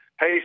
Hey